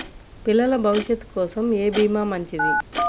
పిల్లల భవిష్యత్ కోసం ఏ భీమా మంచిది?